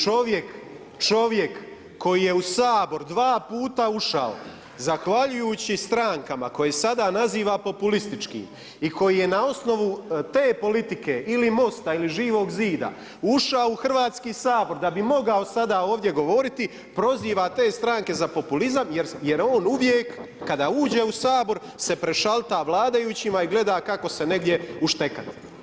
Čovjek koji je u Sabor 2 puta ušao zahvaljujući strankama koje sada naziva populistički i koji je na osnovu te politike ili Mosta ili Živog zida ušao u Hrvatski sabor, da bi mogao sada ovdje govoriti, proziva te stranke za populizam, jer je on uvijek, kada uđe u Sabor se prešala vladajućima i gleda kako se negdje uštekati.